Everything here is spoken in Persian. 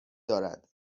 دارد